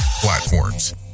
platforms